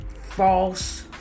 false